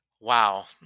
wow